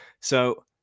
So-